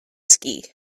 ski